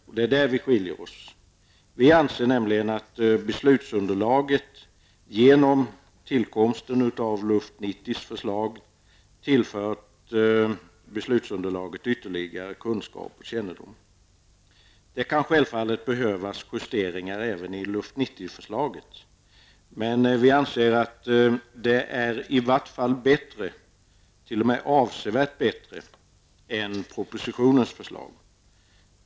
På denna punkt skiljer vi oss åt. Vi anser nämligen att beslutsunderlaget genom tillkomsten av förslaget i LUFT '90 har tillförts ytterligare kunskap och kännedom. Det kan självfallet behövas justeringar även i förslaget från LUFT '90. Vi anser dock att det är bättre, t.o.m. avsevärt bättre, än propositionens förslag.